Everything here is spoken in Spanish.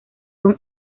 son